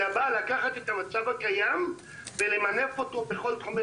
אלא באה לקחת את המצב הקיים ולמנף אותו בתחומי